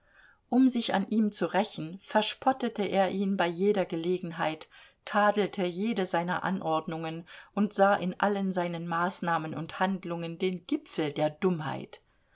um sich an ihm zu rächen verspottete er ihn bei jeder gelegenheit tadelte jede seiner anordnungen und sah in allen seinen maßnahmen und handlungen den gipfel der dummheit